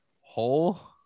hole